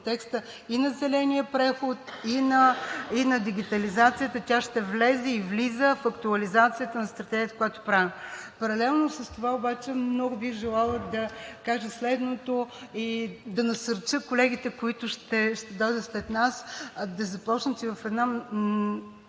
и на зеления преход, и на дигитализацията, и тя ще влезе и влиза в актуализацията на Стратегията, която правим. Паралелно с това много бих желала да кажа следното и да насърча колегите, които ще дойдат след нас, да започнат да